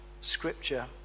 scripture